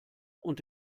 und